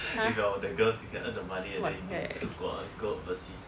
!huh! what the heck